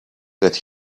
that